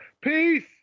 Peace